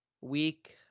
week